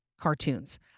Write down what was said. cartoons